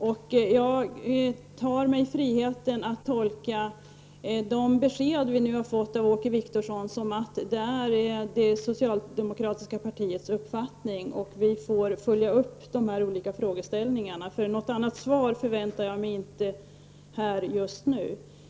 Jag tar mig friheten att tolka de besked som vi nu har fått av Åke Wictorsson som att det här är det socialdemokratiska partiets uppfattning. Vi får följa upp de olika frågeställningarna. Något annat svar förväntar jag mig inte här just nu.